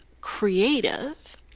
creative